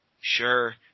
Sure